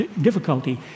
difficulty